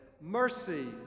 mercy